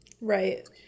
Right